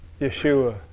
Yeshua